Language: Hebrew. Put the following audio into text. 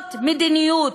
זאת מדיניות.